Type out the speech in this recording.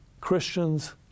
Christians